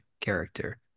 character